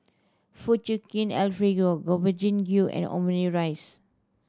Fettuccine Alfredo Gobchang Gui and Omurice